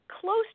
close